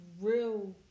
real